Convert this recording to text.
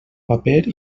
paper